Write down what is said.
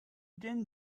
din